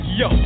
yo